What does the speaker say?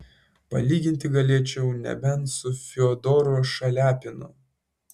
palyginti galėčiau nebent su fiodoru šaliapinu